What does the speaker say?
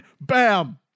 bam